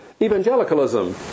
Evangelicalism